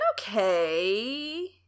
okay